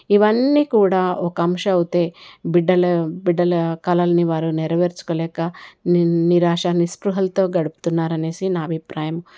ఇవన్నీ కూడా ఒక అంశవుతే బిడ్డల బిడ్డల కళల్ని వారు నెరవేర్చుకోలేక ని నిరాశ నిస్పృహలతో గడుపుతున్నారనేసి నా అభిప్రాయం